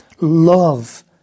love